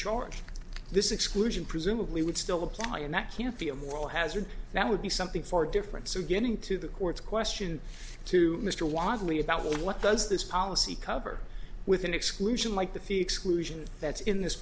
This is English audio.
short this exclusion presumably would still apply and that can't be a moral hazard that would be something far different so getting to the courts question to mr wadley about what does this policy cover with an exclusion like the fee exclusion that's in this